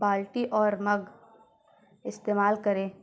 بالٹی اور مگ استعمال کریں